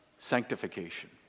Sanctification